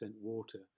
water